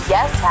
Yes